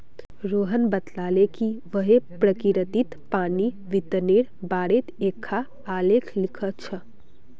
रोहण बताले कि वहैं प्रकिरतित पानीर वितरनेर बारेत एकखाँ आलेख लिख छ